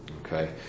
Okay